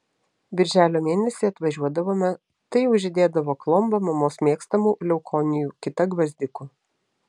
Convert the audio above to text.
birželio mėnesį atvažiuodavome tai jau žydėdavo klomba mamos mėgstamų leukonijų kita gvazdikų